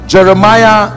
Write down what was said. Jeremiah